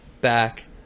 back